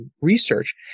research